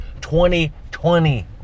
2020